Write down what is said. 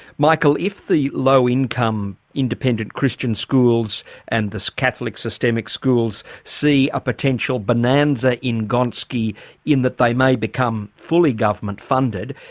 michael, if the low income independent christian schools and the catholic systemic schools see a potential bonanza in gonski in that they may become fully government funded,